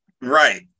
Right